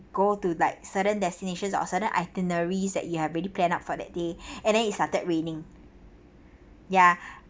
go to like certain destinations or certain itineraries that you have already planned up for that day and then it started raining ya